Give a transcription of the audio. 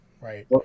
right